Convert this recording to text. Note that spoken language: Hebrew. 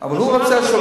אבל הוא רוצה שלום.